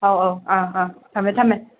ꯑꯧ ꯑꯧ ꯑꯥ ꯑꯥ ꯊꯝꯃꯦ ꯊꯝꯃꯦ